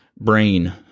brain